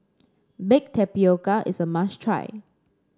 Baked Tapioca is a must try